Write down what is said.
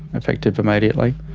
effective immediately,